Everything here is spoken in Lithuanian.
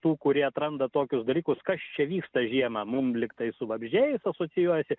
tų kurie atranda tokius dalykus kas čia vyksta žiemą mum lygtai su vabzdžiais asocijuojasi